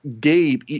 Gabe